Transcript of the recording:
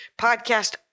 podcast-